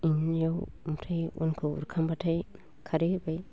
इनियाव ओमफ्राय अनखौ हरखांब्लाथाय खारै होबाय